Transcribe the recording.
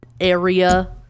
area